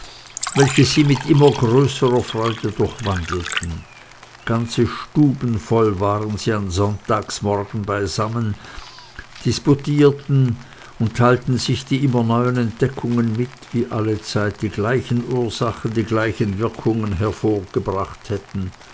welches sie mit immer größerer freude durchwandelten ganze stuben voll waren sie an sonntagsmorgen beisammen disputierten und teilten sich die immer neuen entdeckungen mit wie allezeit die gleichen ursachen die gleichen wirkungen hervorgebracht hätten